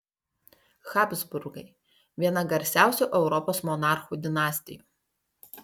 habsburgai viena garsiausių europos monarchų dinastijų